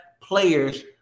players